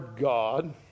God